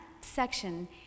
section